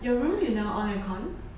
your room you never on aircon